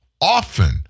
often